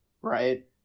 right